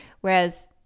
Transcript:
Whereas